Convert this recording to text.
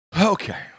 okay